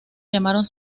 llamaron